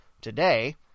today